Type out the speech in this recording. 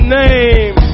name